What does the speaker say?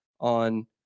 on